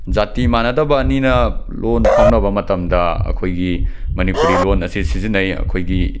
ꯖꯥꯇꯤ ꯃꯥꯟꯅꯗꯕ ꯑꯅꯤꯅ ꯂꯣꯟ ꯐꯥꯎꯅꯕ ꯃꯇꯝꯗ ꯑꯩꯈꯣꯏꯒꯤ ꯃꯅꯤꯄꯨꯔꯤ ꯂꯣꯟ ꯑꯁꯤ ꯁꯤꯖꯤꯟꯅꯩ ꯑꯩꯈꯣꯏꯒꯤ